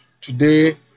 Today